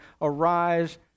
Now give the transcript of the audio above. arise